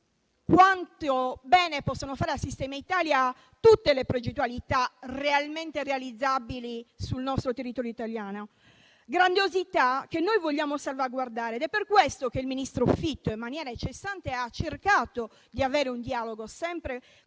quanto bene possono fare al sistema Italia tutte le progettualità effettivamente realizzabili sul nostro territorio italiano, grandiosità che vogliamo salvaguardare. Ed è per questo che il ministro Fitto in maniera incessante e periodica ha cercato di avere un dialogo sempre